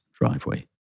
driveway